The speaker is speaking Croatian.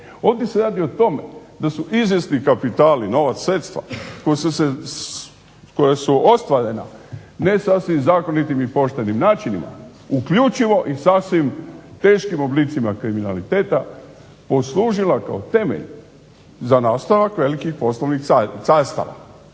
Ovdje se radi o tome da su izvjesni kapitali, nova sredstva koja su ostvarena ne sasvim zakonitim i poštenim načinima uključivo i sasvim teškim oblicima kriminaliteta poslužila kao temelj za nastavak velikih poslovnih carstava.